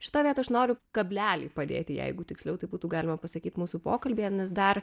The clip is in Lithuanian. šitoj vietoj aš noriu kablelį padėti jeigu tiksliau tai būtų galima pasakyt mūsų pokalbyje nes dar